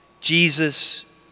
Jesus